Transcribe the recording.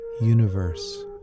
universe